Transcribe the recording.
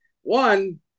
One